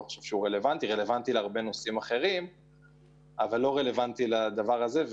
הוא רלוונטי לגבי נושאים אחרים אבל לא לגבי הנושא הזה.